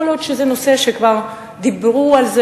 יכול להיות שזה נושא שכבר דיברו עליו,